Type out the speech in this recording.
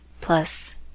plus